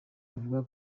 avuga